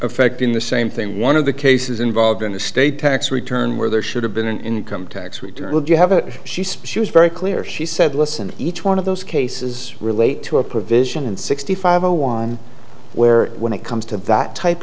affecting the same thing one of the cases involved in the state tax return where there should have been an income tax return would you have it she spews very clear she said listen each one of those cases relate to a provision in sixty five zero one where when it comes to that type